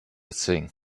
thing